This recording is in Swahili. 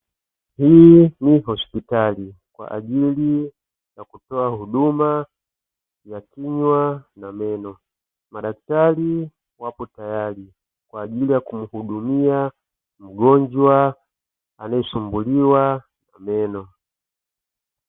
Hii ni hosipitali kwa ajili ya kutoa huduma ya kinywa na meno, madaktari wapo tayari kwa ajili ya kumuhudumia mgonjwa anayesumbuliwa na meno.